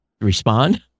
respond